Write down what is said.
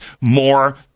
more